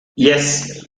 yes